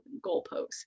goalposts